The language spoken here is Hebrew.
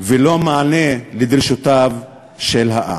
ולא מענה לדרישותיו של העם.